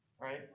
right